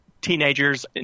teenagers